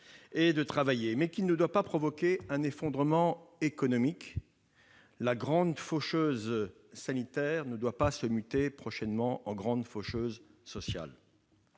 et de travailler, mais qui ne doit pas provoquer un effondrement économique. La grande faucheuse sanitaire ne doit pas se muer en une grande faucheuse sociale.